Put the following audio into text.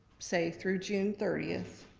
say through june thirty,